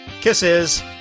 Kisses